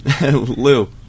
Lou